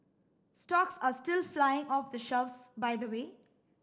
stocks are still flying off the shelves by the way